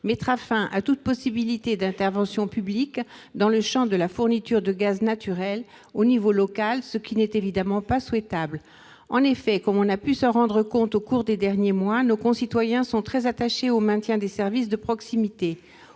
mettra fin à toute possibilité d'intervention publique dans le champ de la fourniture de gaz naturel à l'échelon local, ce qui n'est évidemment pas souhaitable. En effet, comme on a pu s'en rendre compte au cours des derniers mois, nos concitoyens sont très attachés au maintien des services de proximité.